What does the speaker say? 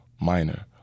minor